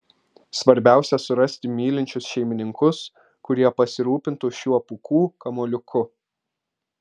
svarbiausia surasti mylinčius šeimininkus kurie pasirūpintų šiuo pūkų kamuoliuku